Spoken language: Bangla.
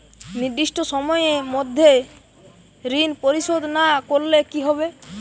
নির্দিষ্ট সময়ে মধ্যে ঋণ পরিশোধ না করলে কি হবে?